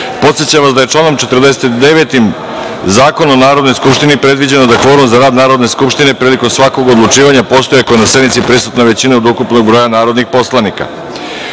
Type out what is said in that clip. vas da je članom 49. Zakona o Narodnoj skupštini predviđeno da kvorum za rad Narodne skupštine prilikom svakog odlučivanja postoji ako je na sednici prisutna većina od ukupnog broja narodnih poslanika. Radi